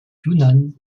yunnan